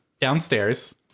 downstairs